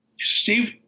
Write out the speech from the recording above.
Steve